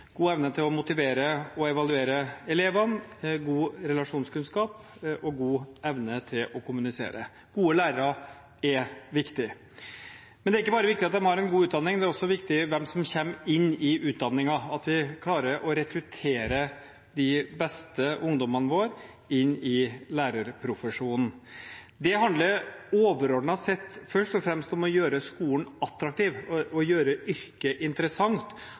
god evne til å motivere og evaluere elevene, god relasjonskunnskap og god evne til å kommunisere. Gode lærere er viktig. Men det er ikke bare viktig at de har en god utdanning – det er også viktig hvem som kommer inn i utdanningen, og at vi klarer å rekruttere de beste ungdommene våre inn i lærerprofesjonen. Det handler overordnet sett først og fremst om å gjøre skolen attraktiv, gjøre yrket interessant,